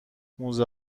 موزه